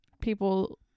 people